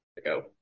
go